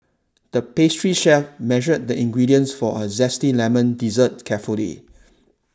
the pastry chef measured the ingredients for a Zesty Lemon Dessert carefully